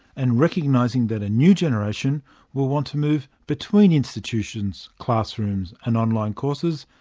and recognising that a new generation will want to move between institutions, classrooms and online courses,